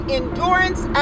endurance